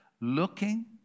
looking